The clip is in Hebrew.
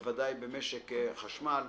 בוודאי במשק החשמל.